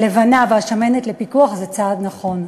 הלבנה והשמנת לפיקוח, זה צעד נכון.